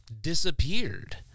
Disappeared